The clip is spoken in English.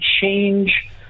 change